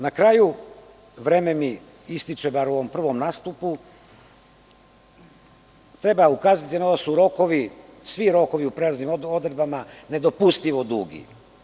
Na kraju vreme mi ističe, bar u ovom prvom nastupu, treba ukazati, nama su rokovi, svi rokovi u prelaznim odredbama nedopustivo dugi.